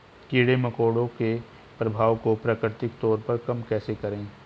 कीड़े मकोड़ों के प्रभाव को प्राकृतिक तौर पर कम कैसे करें?